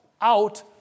out